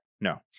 no